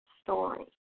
story